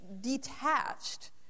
detached